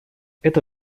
это